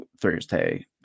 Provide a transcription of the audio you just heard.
Thursday